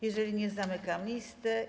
Jeżeli nie, zamykam listę.